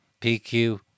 PQ